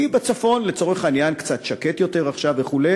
כי בצפון, לצורך העניין, קצת שקט יותר עכשיו וכו'.